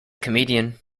comedian